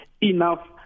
enough